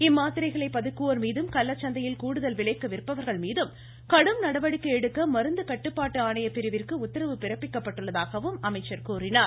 இம்மாத்திரைகளை பதுக்குவோர் மீதும் கள்ளசந்தையில் கூடுதல் விலைக்கு விற்பவர்கள் மீதும் கடும் நடவடிக்கை எடுக்க மருந்து கட்டுப்பாட்டு ஆணைய பிரிவிற்கு உத்தரவு பிறப்பிக்கப்பட்டுள்ளதாகவும் அமைச்சர் கூறினார்